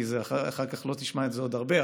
כי אחר כך לא תשמע את זה עוד הרבה.